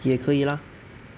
也可以 lah